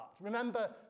Remember